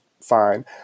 fine